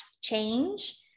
change